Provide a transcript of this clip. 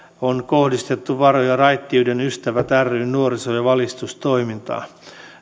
on kohdistettu varoja raittiuden ystävät ryn nuoriso ja valistustoimintaan